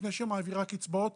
לפני שמעבירה קצבאות,